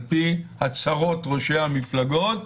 על פי הצהרות ראשי המפלגות,